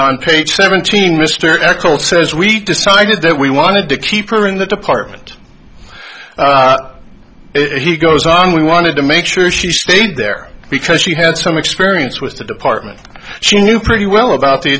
page seventeen mr cole says we decided that we wanted to keep her in that department it he goes on we wanted to make sure she stayed there because she had some experience with the department she knew pretty well about the